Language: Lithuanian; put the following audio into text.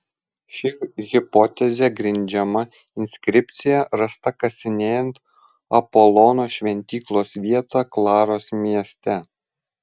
ši hipotezė grindžiama inskripcija rasta kasinėjant apolono šventyklos vietą klaros mieste